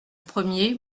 premier